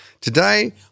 Today